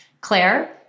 Claire